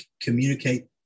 communicate